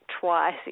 twice